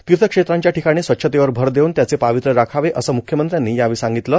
तीर्थक्षेत्रांच्या ठिकाणी स्वच्छतेवर भर देऊन त्याचे पावित्र्य राखावं असं मुख्यमंत्र्यांनी यावेळी सांगितलं